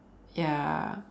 ya